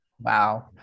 Wow